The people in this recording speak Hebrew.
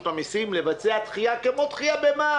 המיסים לבצע דחייה כמו דחייה במע"מ,